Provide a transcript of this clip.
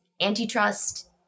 antitrust